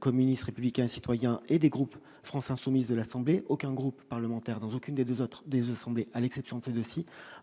communistes, républicains, citoyens et des groupes France insoumise de l'Assemblée, aucun groupe parlementaire dans aucune des 2 autres, désormais, à l'exception de ces 2